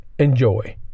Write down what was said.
Enjoy